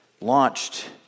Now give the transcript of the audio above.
launched